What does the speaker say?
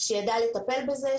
שידע לטפל בזה,